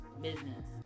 Business